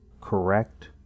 correct